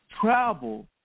Travel